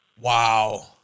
Wow